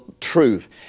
truth